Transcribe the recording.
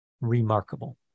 remarkable